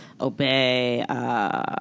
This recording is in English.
Obey